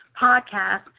podcast